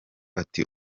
ati